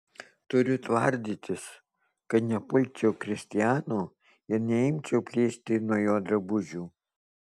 turiu tvardytis kad nepulčiau kristiano ir neimčiau plėšti nuo jo drabužių